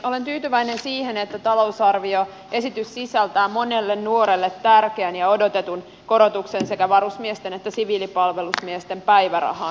olen tyytyväinen siihen että talousarvioesitys sisältää monelle nuorelle tärkeän ja odotetun korotuksen sekä varusmiesten että siviilipalvelusmiesten päivärahaan